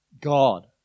God